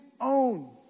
own